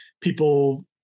people